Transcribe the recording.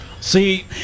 See